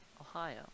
Ohio